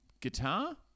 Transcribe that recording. guitar